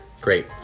Great